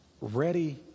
Ready